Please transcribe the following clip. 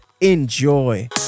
enjoy